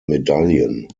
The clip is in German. medaillen